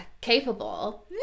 capable